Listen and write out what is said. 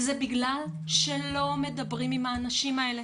וזה בגלל שלא מדברים עם האנשים האלה.